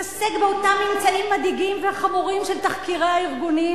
תתעסק באותם ממצאים מדאיגים וחמורים של תחקירי הארגונים,